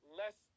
less